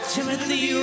Timothy